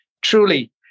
truly